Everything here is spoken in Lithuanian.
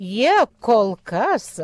jie kol kas